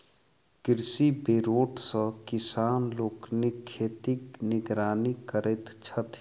कृषि रोबोट सॅ किसान लोकनि खेतक निगरानी करैत छथि